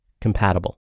compatible